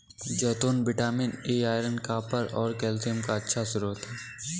जैतून vitamin E, iron, copper और calcium का अच्छा स्रोत हैं